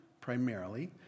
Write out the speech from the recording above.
primarily